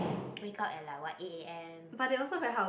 wake up at like what eight A_M